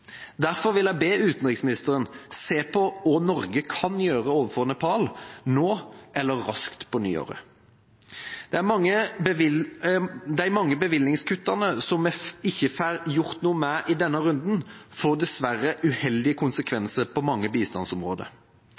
Derfor vil jeg be utenriksministeren se på hva Norge kan gjøre overfor Nepal – nå eller raskt på nyåret. De mange bevilgningskuttene som vi ikke får gjort noe med i denne runden, får dessverre uheldige konsekvenser på mange bistandsområder.